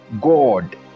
God